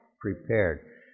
prepared